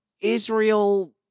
Israel